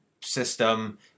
system